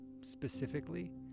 specifically